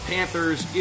Panthers